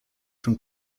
from